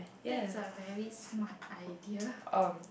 that's a very smart idea